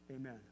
Amen